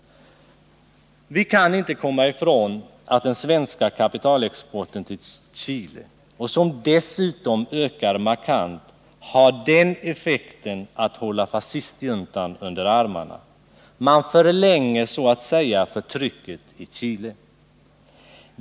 Vi kan inte komma ifrån att den svenska kapitalexporten till Chile, som dessutom ökar markant, har den effekten att vi håller fascistjuntan under armarna. Man förlänger så att säga förtrycket i Chile.